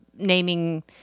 Naming